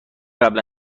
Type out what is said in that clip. قبلا